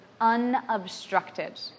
unobstructed